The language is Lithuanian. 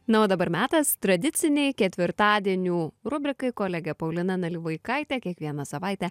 na o dabar metas tradicinei ketvirtadienių rubrikai kolegė paulina nalivaikaitė kiekvieną savaitę